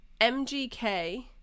MGK